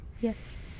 Yes